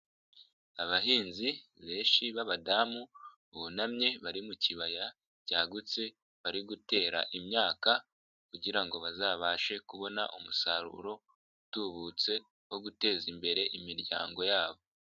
Abahinzi benshi b'abadamu bunamye bari mu kibaya cyagutse, bari gutera imyaka kugira ngo bazabashe kubona umusaruro utubutse wo guteza imbere imiryango yabo.